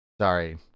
Sorry